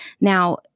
Now